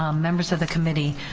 um members of the committee,